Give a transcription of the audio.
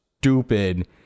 stupid